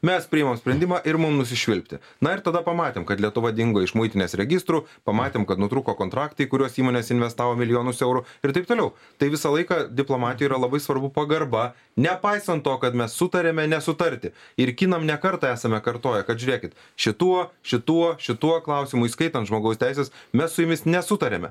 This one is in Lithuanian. mes priimam sprendimą ir mum nusišvilpti na ir tada pamatėm kad lietuva dingo iš muitinės registrų pamatėm kad nutrūko kontraktai kuriuos įmonės investavo milijonus eurų ir taip toliau tai visą laiką diplomatijoj yra labai svarbu pagarba nepaisant to kad mes sutariame nesutarti ir kinam ne kartą esame kartoję kad žiūrėkit šituo šituo šituo klausimu įskaitant žmogaus teises mes su jumis nesutariame